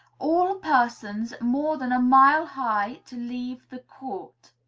all persons more than a mile high to leave the court.